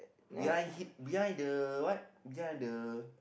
behind hid behind the what behind the